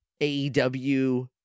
aew